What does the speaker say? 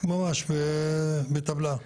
ממש בטבלה.